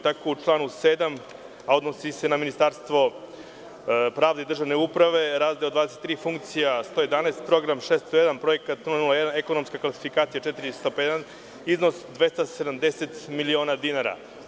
Tako u članu 7, a odnosi se na Ministarstvo pravde i državne uprave, razdeo 23, funkcija 111, program 601, projekat 001, ekonomska klasifikacija 451, iznos 270 miliona dinara.